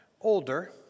older